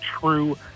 true